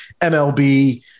MLB